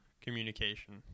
communication